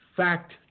Fact